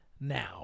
now